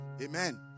amen